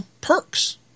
perks